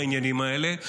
העניינים האלה,